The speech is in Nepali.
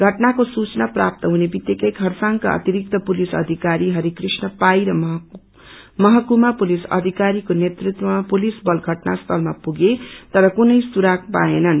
घटनाके सूचना प्राप्त हुने वितिक्कै खरसाङका अतिरिक्त पुलिस अध्किारी हरिकृष्ण पाई र महकुमा पुलिस अधिकरीको नेतृत्वमा पुलिस बल घटनास्थलमा पुगे तर कुनै सुराग पाएन्न्